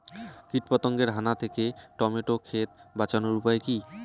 কীটপতঙ্গের হানা থেকে টমেটো ক্ষেত বাঁচানোর উপায় কি?